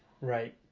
Right